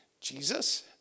Jesus